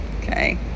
Okay